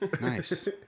Nice